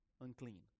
unclean